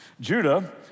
Judah